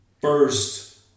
first